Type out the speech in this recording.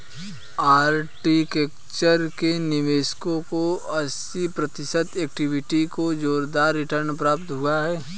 architecture के निवेशकों को अस्सी प्रतिशत इक्विटी का जोरदार रिटर्न प्राप्त हुआ है